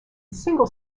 single